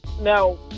now